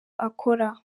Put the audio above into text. akora